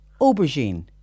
aubergine